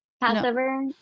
Passover